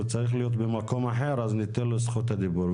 הוא צריך להיות במקום אחר אז ניתן לו את זכות הדיבור.